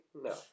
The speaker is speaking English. No